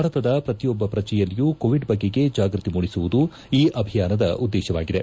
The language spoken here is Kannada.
ಭಾರತದ ಪ್ರತಿಯೊಬ್ಬ ಪ್ರಜೆಯಲ್ಲಿಯೂ ಕೋವಿಡ್ ಬಗೆಗೆ ಜಾಗೃತಿ ಮೂಡಿಸುವುದು ಈ ಅಭಿಯಾನದ ಉದ್ದೇಶವಾಗಿದೆ